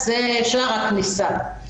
זה שער הכניסה.